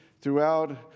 throughout